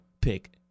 pick